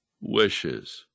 wishes